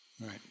Right